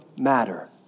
matter